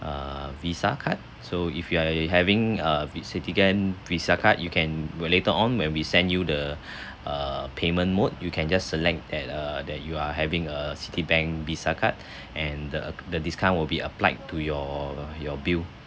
err Visa card so if you are you having a Citibank Visa card you can we later on when we send you the err payment mode you can just select that uh that you are having a Citibank Visa card and the a~ the discount will be applied to your your bill